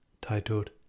titled